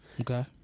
Okay